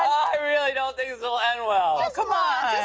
i really don't think this will end well. oh, come on.